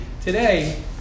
today